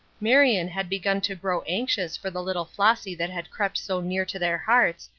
marion had begun to grow anxious for the little flossy that had crept so near to their hearts,